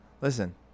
Listen